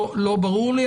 לא ברור לי,